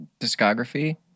discography